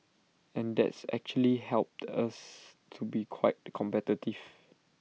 and that's actually helped us to be quite competitive